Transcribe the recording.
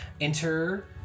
enter